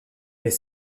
mais